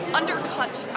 undercuts